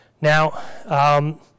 Now